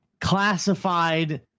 classified